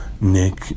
Nick